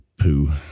poo